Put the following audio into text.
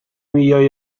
milioi